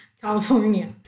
california